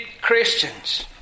Christians